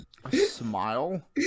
smile